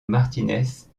martínez